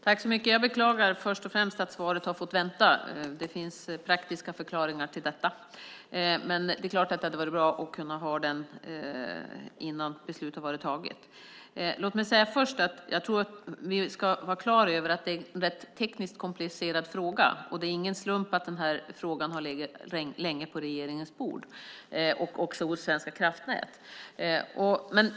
Fru talman! Jag beklagar först och främst att svaret har fått vänta. Det finns praktiska förklaringar till detta, men det är klart att det hade kunnat vara bra att kunna lämna svaret innan beslutet var fattat. Låt mig först säga att jag tror att vi ska vara klara över att det är en tekniskt komplicerad fråga. Det är ingen slump att frågan har legat länge på regeringens bord - och också hos Svenska kraftnät.